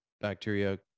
bacteria